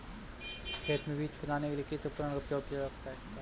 खेत में बीज फैलाने के लिए किस उपकरण का उपयोग किया जा सकता है?